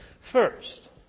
First